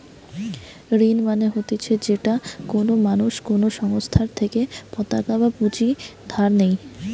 ঋণ মানে হতিছে যেটা কোনো মানুষ কোনো সংস্থার থেকে পতাকা বা পুঁজি ধার নেই